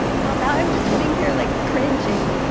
well, now i'm just sitting here, like, cringing,